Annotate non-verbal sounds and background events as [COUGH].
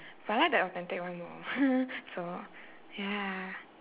but I like the authentic one more [LAUGHS] so ya